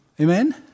Amen